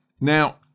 Now